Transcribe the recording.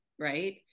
right